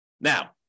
Now